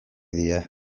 dira